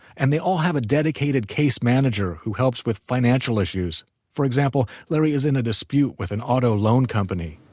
and they all have a dedicated case manager who helps with financial issues for example, larry is in a dispute with an auto loan company.